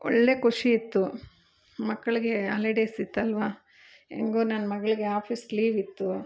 ಒಳ್ಳೆ ಖುಷಿ ಇತ್ತು ಮಕ್ಳಿಗೆ ಆಲಿಡೇಸ್ ಇತ್ತಲ್ವಾ ಹೆಂಗೂ ನನ್ನ ಮಗಳಿಗೆ ಆಫೀಸ್ ಲೀವ್ ಇತ್ತು